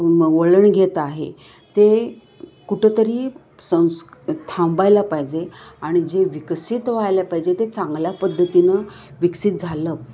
म वळण घेत आहे ते कुठंतरी संस् थांबायला पाहिजे आणि जे विकसित व्हायला पाहिजे ते चांगल्या पद्धतीनं विकसित झालं